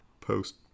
post